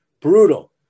Brutal